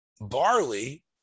barley